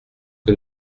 que